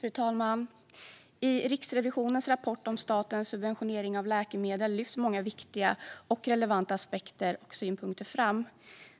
Fru talman! I Riksrevisionens rapport om statens subventionering av läkemedel lyfts många viktiga och relevanta aspekter och synpunkter fram.